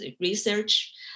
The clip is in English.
Research